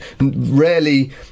rarely